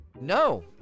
No